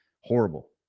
horrible